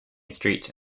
street